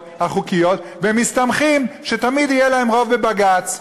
החוקיות ומסתמכים שתמיד יהיה להם רוב בבג"ץ.